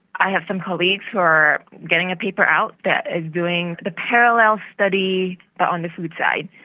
i have some colleagues who are getting a paper out that is doing the parallel study but on the food side,